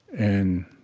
and